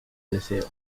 deseo